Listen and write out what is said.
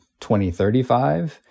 2035